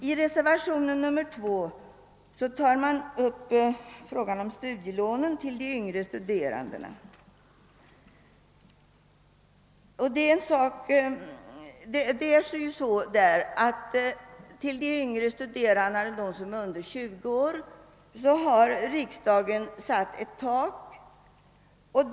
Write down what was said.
I reservationen 2 upptas frågan om studielånen till de yngre studerandena. När det gäller de yngre studerande som är under 20 år har riksdagen fattat be slut om ett tak.